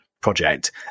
project